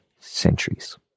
centuries